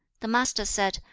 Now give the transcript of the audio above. the master said,